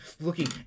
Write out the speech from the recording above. looking